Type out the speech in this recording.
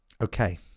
Okay